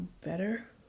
better